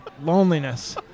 Loneliness